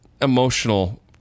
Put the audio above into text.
Emotional